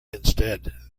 instead